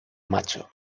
macho